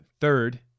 third